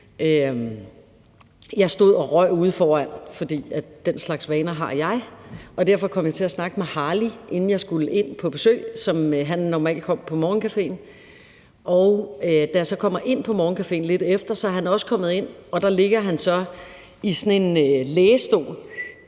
Jeg stod og røg ude foran – for den slags vaner har jeg – og derfor kom jeg til at snakke med Harly, inden jeg skulle ind på besøg. Han kommer normalt på morgencaféen, og da jeg så kommer ind på morgencaféen lidt efter, er han også kommet ind, og dér ligger han så i sådan en lægestol,